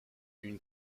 une